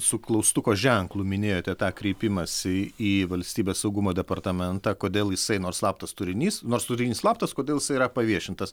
su klaustuko ženklu minėjote tą kreipimąsi į valstybės saugumo departamentą kodėl jisai nors slaptas turinys nors turinys slaptas kodėl jisai yra paviešintas